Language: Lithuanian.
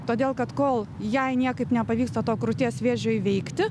todėl kad kol jai niekaip nepavyksta to krūties vėžio įveikti